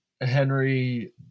Henry